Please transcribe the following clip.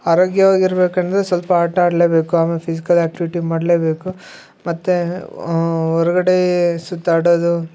ಆರೋಗ್ಯವಾಗಿರ್ಬೇಕಂದರೆ ಸ್ವಲ್ಪ ಆಟ ಆಡಲೇಬೇಕು ಆಮೇಲೆ ಫಿಸಿಕಲ್ ಆ್ಯಕ್ಟಿವಿಟಿ ಮಾಡಲೇಬೇಕು ಮತ್ತು ಹೊರ್ಗಡೆ ಸುತ್ತಾಡೋದು